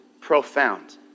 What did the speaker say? profound